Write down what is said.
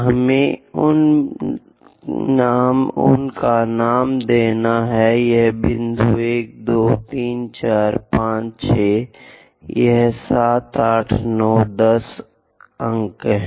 हमें उन्हें नाम देना है यह बिंदु 1 2 3 4 5 6 यह 7 8 9 10 अंक है